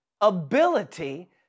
ability